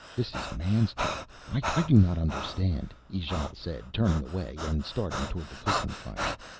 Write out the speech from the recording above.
this is man's talk i do not understand, ijale said, turning away and starting towards the cooking fire.